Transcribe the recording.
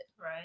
Right